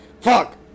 fuck